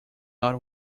not